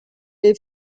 les